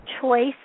choice